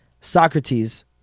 Socrates